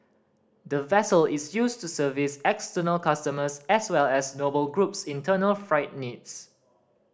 the vessel is used to service external customers as well as Noble Group's internal freight needs